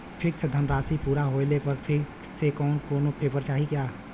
Fix धनराशी पूरा होले पर फिर से कौनो पेपर चाही का?